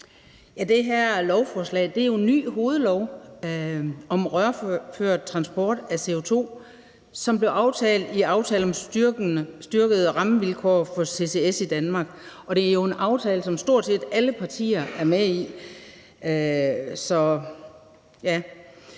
Det her lovforslag omhandler jo en ny hovedlov om rørført transport af CO2, som blev aftalt med aftalen om styrkede rammevilkår for ccs i Danmark, og det er en aftale, som stort set alle partier er med i. Fangst